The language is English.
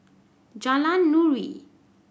Jalan Nuri